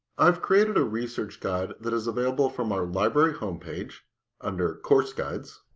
i've created a research guide that is available from our library home page under course guides.